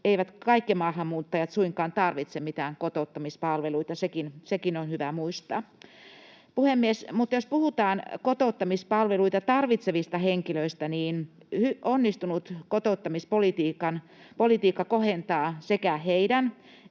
eivät kaikki maahanmuuttajat suinkaan tarvitse mitään kotouttamispalveluita, sekin on hyvä muistaa. Puhemies! Mutta jos puhutaan kotouttamispalveluita tarvitsevista henkilöistä, niin onnistunut kotouttamispolitiikka kohentaa sekä heidän